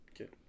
Okay